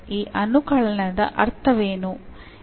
ಈ ಅನುಕಳನದ ಅರ್ಥವೇನು